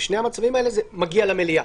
בשני המצבים האלה זה מגיע למליאה,